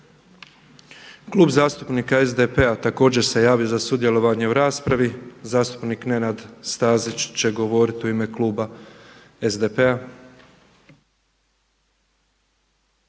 Klub zastupnika SDP-a također se javio za sudjelovanje u raspravi. Zastupnik Nenad Stazić će govoriti u ime kluba SDP-a.